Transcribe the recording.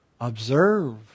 observe